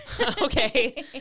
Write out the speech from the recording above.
okay